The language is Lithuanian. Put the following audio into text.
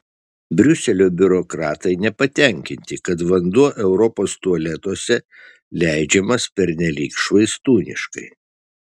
briuselio biurokratai nepatenkinti kad vanduo europos tualetuose leidžiamas pernelyg švaistūniškai